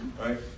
Right